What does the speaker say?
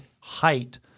height